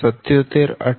2r13 r 0